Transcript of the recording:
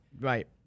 right